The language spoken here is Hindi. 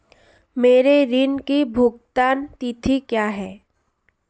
मेरे ऋण की भुगतान तिथि क्या है?